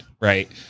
right